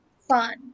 fun